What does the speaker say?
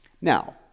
Now